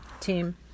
team